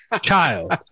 child